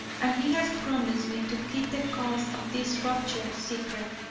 and he has promised me, to keep the cause of this rupture secret.